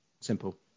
Simple